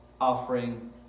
offering